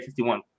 51